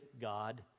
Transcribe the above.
God